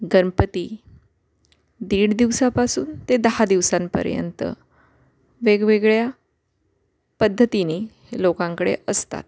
गणपती दीड दिवसापासून ते दहा दिवसांपर्यंत वेगवेगळ्या पद्धतीनी लोकांकडे असतात